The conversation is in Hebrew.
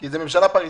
כי זאת ממשלה פריטטית.